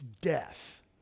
death